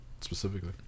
Specifically